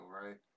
right